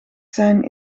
zijn